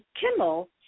Kimmel